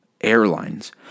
airlines